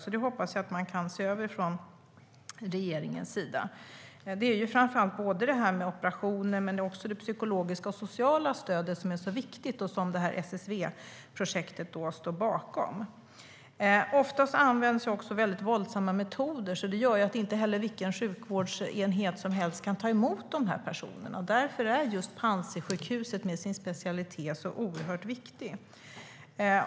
Jag hoppas att regeringen kan se över detta. Både detta med operationer och det psykologiska och sociala stödet är viktigt, och detta står SSV-projektet bakom. Ofta används också väldigt våldsamma metoder. Det gör att inte vilken sjukvårdsenhet som helst kan ta emot dessa personer. Därför är just Panzisjukhuset med sin specialitet så oerhört viktigt.